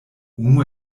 unu